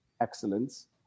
excellence